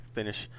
finish